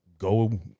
Go